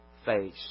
face